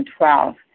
2012